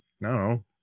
no